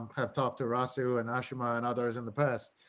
um have talked to rossouw and ashleigh and others in the past.